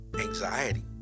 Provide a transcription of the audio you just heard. Anxiety